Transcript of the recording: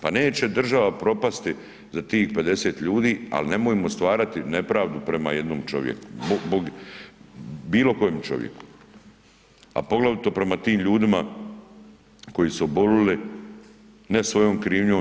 Pa neće država propasti za tih 50 ljudi, ali nemojmo stvarati nepravdu prema jednom čovjeku bilo kojem čovjeku, a poglavito prema tim ljudima koji su obolili ne svojom krivnjom.